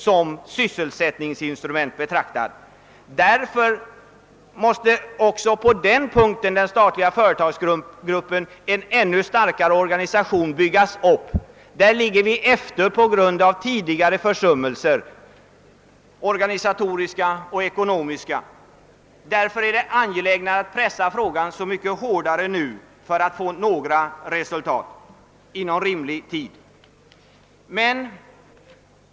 Här släpar vi efter på grund av tidigare organisatoriska och ekonomiska försummelser, och därför måste en ännu större organisation byggas upp. Det är angeläget att pressa frågan hårt nu för att vi skall nå resultat inom rimlig tid.